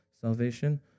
salvation